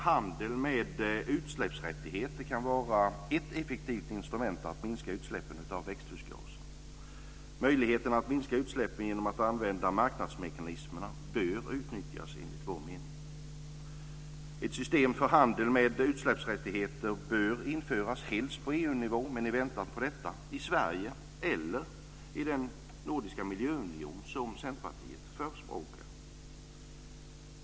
Handel med utsläppsrättigheter kan vara ett effektivt instrument att minska utsläppen av växthusgaser. Möjligheten att minska utsläppen genom att använda marknadsmekanismerna bör utnyttjas, enligt vår mening. Ett system för handel med utsläppsrättigheter bör införas helst på EU-nivå, men i väntan på detta i Sverige eller i den nordiska miljöunion som Centerpartiet förespråkar.